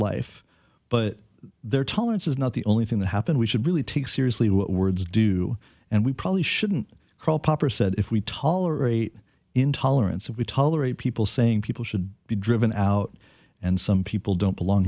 life but their tolerance is not the only thing that happened we should really take seriously what words do and we probably shouldn't call pop or said if we tolerate intolerance if we tolerate people saying people should be driven out and some people don't belong